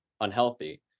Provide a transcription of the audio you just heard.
unhealthy